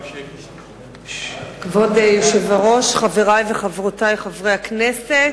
כבוד היושב-ראש, חברי וחברותי חברי הכנסת,